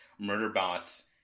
Murderbot's